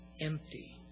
empty